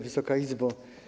Wysoka Izbo!